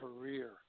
career